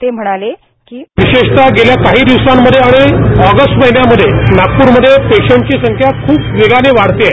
ते म्हणाले की बाईट विशेषतः गेल्या काही महिन्यांमध्ये आणि ऑगस्ट महिन्यामध्ये नागप्रमध्ये पेशंटची संख्या ख्प वेगाने वाढते आहे